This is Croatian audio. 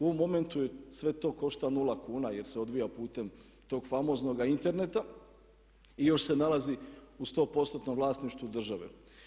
U momentu sve to košta nula kuna jer se odvija putem tog famoznog interneta i još se nalazi u 100%-tnom vlasništvu države.